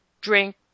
drink